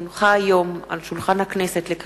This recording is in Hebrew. כי הונחה היום על שולחן הכנסת,